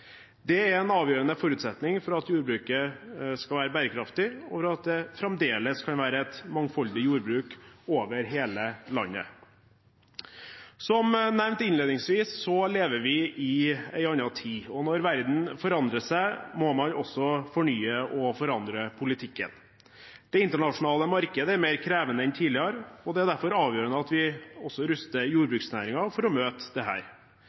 Det er en avgjørende forutsetning for at jordbruket skal være bærekraftig, og for at det fremdeles kan være et mangfoldig jordbruk over hele landet. Som nevnt innledningsvis lever vi i en annen tid, og når verden forandrer seg, må man også fornye og forandre politikken. Det internasjonale markedet er mer krevende enn tidligere, og det er derfor avgjørende at vi også ruster jordbruksnæringen for å møte